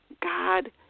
God